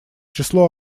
число